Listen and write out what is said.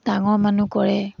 ডাঙৰ মানুহ কৰে